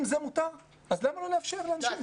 אם זה מותר, אז למה לא לאפשר לאנשים?